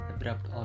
abrupt